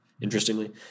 interestingly